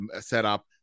setup